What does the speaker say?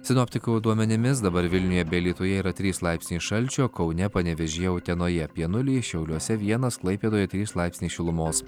sinoptikų duomenimis dabar vilniuje bei alytuje yra trys laipsniai šalčio kaune panevėžyje utenoje apie nulį šiauliuose vienas klaipėdoje trys laipsniai šilumos